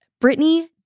Britney